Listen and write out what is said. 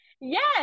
yes